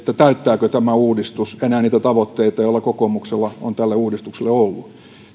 täyttääkö tämä uudistus enää niitä tavoitteita joita kokoomuksella on tälle uudistukselle ollut